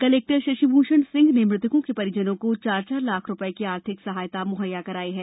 collector Shashibhushan Singh ने मृतकों के परिजनों को चार चार लाख रूपये की आर्थिक सहायता मुहैया कराई है